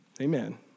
Amen